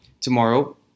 tomorrow